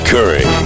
Curry